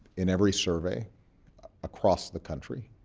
in every survey across the country,